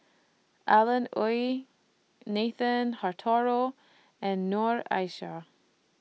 Alan Oei Nathan Hartono and Noor Aishah